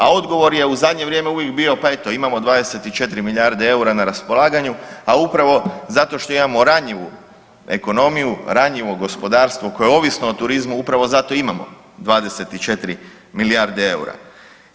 A odgovor je u zadnje vrijeme uvijek bio, pa eto imamo 24 milijarde EUR-a na raspolaganju, a upravo zato što imamo ranjivu ekonomiju, ranjivo gospodarstvo koje je ovisno o turizmu upravo zato i imamo 24 milijarde EUR-a.